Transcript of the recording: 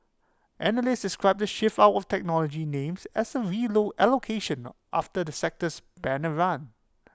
analysts described the shift out of technology names as A V low allocation after the sector's banner run